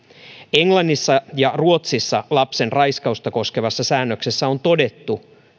englannissa ja ruotsissa lapsen raiskausta koskevissa säännöksissä on todettu